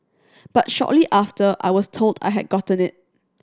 but shortly after I was told I had gotten it